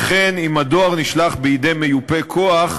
וכן אם הדואר נשלח בידי מיופה-כוח,